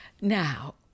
Now